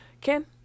Ken